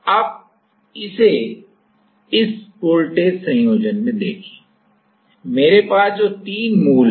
अब इसे इस वोल्टेज संयोजन में देखें मेरे पास जो तीन मूल हैं